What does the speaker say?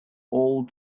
old